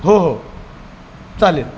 हो हो चालेल